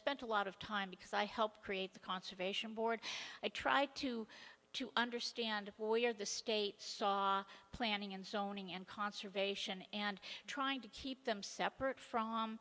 spent a lot of time because i helped create the conservation board i tried to to understand boyer the state saw planning and zoning and conservation and trying to keep them separate from